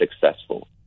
successful